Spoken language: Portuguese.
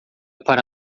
para